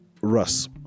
russ